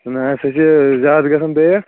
نہ حظ سُہ چھِ زیادٕ گژھن بیٚیہِ